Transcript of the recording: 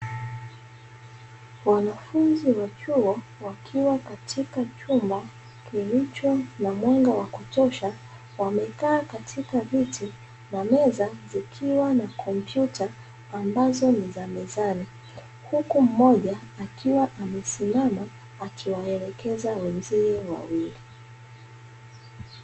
Wanafunzi wa chuo, wakiwa katika chumba kilicho na mwanga wa kutosha, wamekaa katika viti na meza zikiwa na kompyuta ambazo ni za mezani, huku mmoja akiwa amesimama akiwaelekeza wenzake wawili.